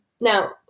Now